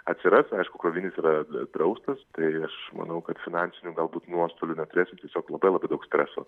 atsiras aišku kovinys yra draustas tai aš manau kad finansinių galbūt nuostolių neturėsim tiesiog labai labai daug streso